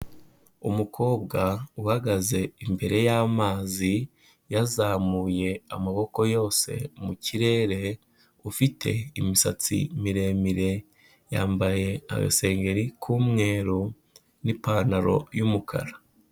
Umukobwa uhagaze imbere y'amazi yazamuye amaboko yose mu kirere, ufite imisatsi miremire, yambaye agasengeri k'umweru n'ipantaro y'umukara.